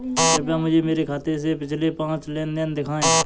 कृपया मुझे मेरे खाते से पिछले पाँच लेन देन दिखाएं